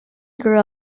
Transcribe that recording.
grew